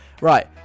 Right